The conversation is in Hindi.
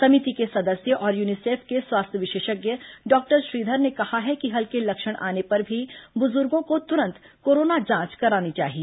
समिति के सदस्य और यूनिसेफ के स्वास्थ्य विशेषज्ञ डॉक्टर श्रीधर ने कहा है कि हल्के लक्षण आने पर भी बुजुर्गों को तुरंत कोरोना जांच करानी चाहिए